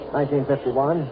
1951